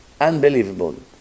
unbelievable